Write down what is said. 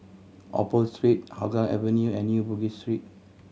Opal Hougang Avenue and New Bugis Street